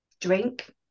drink